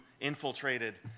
infiltrated